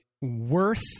worth